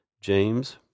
James